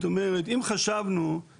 תחשבי